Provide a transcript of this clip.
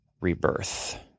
Rebirth